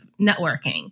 networking